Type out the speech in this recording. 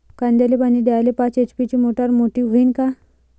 कांद्याले पानी द्याले पाच एच.पी ची मोटार मोटी व्हईन का?